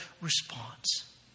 response